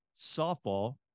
softball